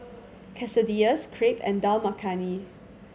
Quesadillas Crepe and Dal Makhani